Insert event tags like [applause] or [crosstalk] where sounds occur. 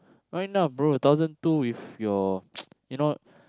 right now bro thousand two with your [noise] you know